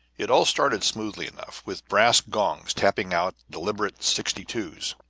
it all started smoothly enough, with brass gongs tapping out deliberate sixty two s,